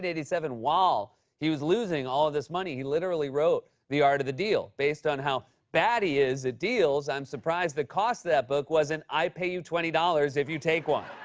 eighty seven, while he was losing all of this money, he literally wrote the art of the deal. based on how bad he is at deals, i'm surprised the cost of that book wasn't, i pay you twenty dollars if you take one.